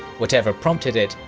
whatever prompted it,